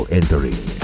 entering